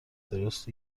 درست